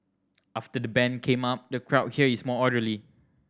after the ban came up the crowd here is more orderly